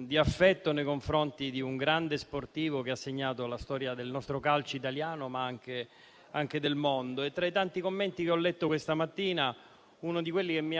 di affetto nei confronti di un grande sportivo che ha segnato la storia del nostro calcio italiano, ma anche del mondo. Tra i tanti commenti che ho letto questa mattina, uno di quelli che più mi